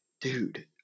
dude